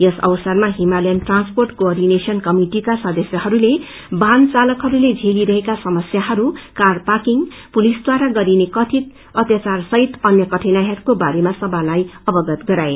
यस अवसरमा हिमालययन ट्रान्सर्पोट को अर्डिनेशन कमिटिका सदस्यहस्ले वाहन चालकहस्ले झेलिरहेका समस्याहरू कार पार्किङ पुलिसद्वार गरिने कथित अत्याचार सहित अन्य कठिनाईहरूको बारेमा समालाई अवगत गराए